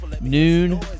noon